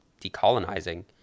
decolonizing